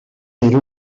dir